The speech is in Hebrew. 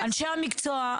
אנשי המקצוע,